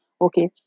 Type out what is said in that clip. okay